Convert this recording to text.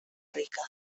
rica